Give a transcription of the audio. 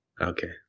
Okay